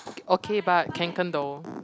okay but Kanken though